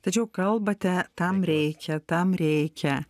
tačiau kalbate tam reikia tam reikia